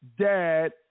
dad